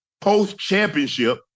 post-championship